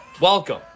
Welcome